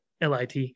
lit